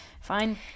Fine